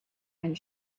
and